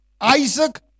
Isaac